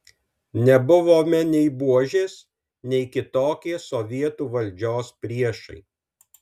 nebuvome nei buožės nei kitokie sovietų valdžios priešai